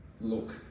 look